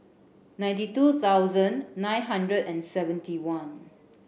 ninety two thousand nine hundred and seventy one